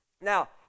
Now